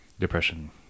depression